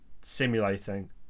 simulating